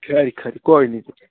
खरी खरी कोई नि जी